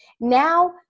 Now